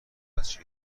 بچه